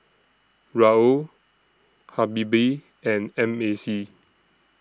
Raoul Habibie and M A C